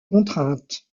contraintes